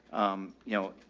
um, you know,